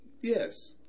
Yes